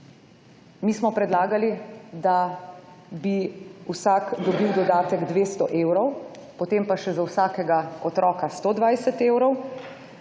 Mi smo predlagali, da bi vsak dobil dodatek 200 evrov, potem pa še za vsakega otroka 120 evrov.